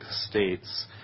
states